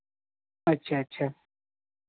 अच्छा अच्छा